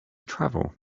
travel